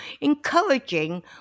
encouraging